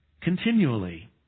continually